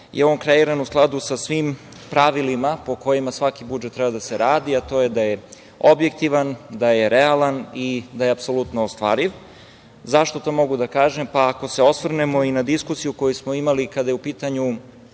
je on kreiran u skladu sa svim pravilima po kojima svaki budžet treba da se radi, a to je da je objektivan, da je realan i da je apsolutno ostvariv. Zašto to mogu da kažem? Ako se osvrnemo i na diskusiju koju smo imali kada je u pitanju